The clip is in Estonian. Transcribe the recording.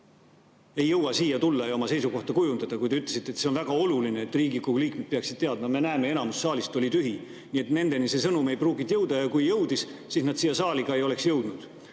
ei jõua siia tulla ja oma seisukohta kujundada. Te ütlesite, et see on väga oluline, et Riigikogu liikmed peaksid teadma. Me näeme, et enamus saalist on ju tühi, nii et nendeni see sõnum ei pruukinud jõuda. Kui jõudis, siis nad siia saali ei oleks jõudnud.